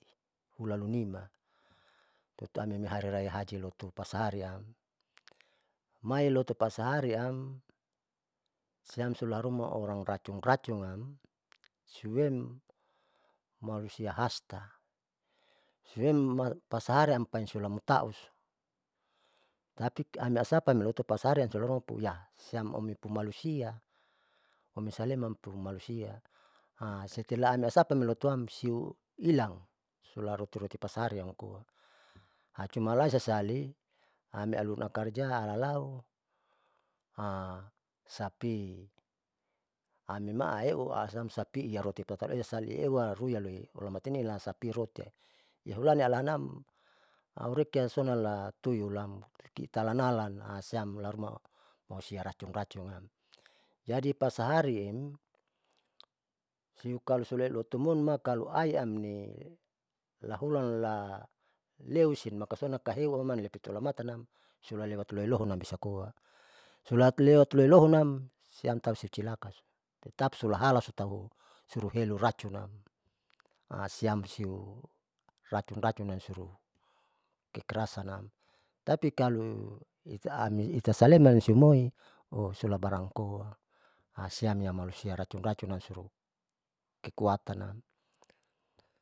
Hulalunima tutuamini hariraya haji lotu pasahariam mailoto pasahariam siam suharuma orang patung racunnam suem malusia hasta siem pasahariam hulamutau tapi amiasapa lotopasahariam tolohiya siam aunipu malusia omisaleman, pusia setela ami asapa moilotoam siu ilang siula rotoroto pasahariam cuma lasasani cuma amilasa karja halau sapi amima haeu asiam sapi iarotutapi esa nieua ruiale hualoi ulamatan lasapi rotiam iyahulanin alahanam aurekia solaya tuyultitalanalam siam laharuma malisia taracun racunam, jadi pasahari siem siukalo sule lotumun makalo ainami lahulan la leusin makasona kaheuam maniulamatan nam sulalewat loilohon takoa sula lewat loilohonam siam tausucilaka tetap sulahalat tau suluheru racun nam siam siu racun racun namso kekerasanam, tapi kalo itaami itasaleman siumoi oula barani koa siam malusia racun racunnam so kekuatanam.